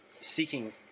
seeking